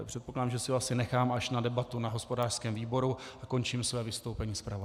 Předpokládám, že si ho asi nechám až na debatu na hospodářském výboru, a končím své vystoupení zpravodaje.